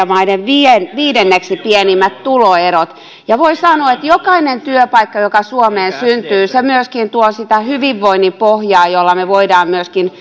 maiden viidenneksi pienimmät tuloerot ja voi sanoa että jokainen työpaikka joka suomeen syntyy myöskin tuo sitä hyvinvoinnin pohjaa jolla me voimme myöskin